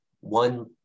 one